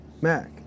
Mac